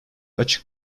açık